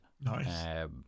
Nice